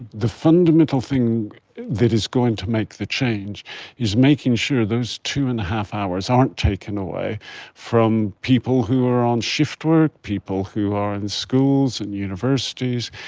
the fundamental thing that is going to make the change is making sure those two. and five hours aren't taken away from people who are on shiftwork, people who are in schools and universities,